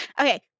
Okay